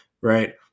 right